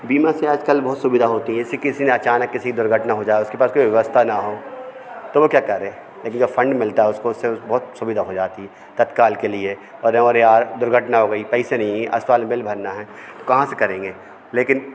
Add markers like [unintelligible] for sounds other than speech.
बीमा से आजकल बहुत सुविधा होती है जैसे किसी ने अचानक किसी के दुर्घटना हो जाए उसके पास कोई व्यवस्था ना हो तो वो क्या करें यदि यह फंड मिलता है उसको उससे बहुत सुविधा हो जाती है तत्काल के लिए और [unintelligible] दुर्घटना हो गई पैसे नहीं है [unintelligible] बिल भरना है तो कहाँ से करेंगे लेकिन